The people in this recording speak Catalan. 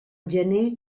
gener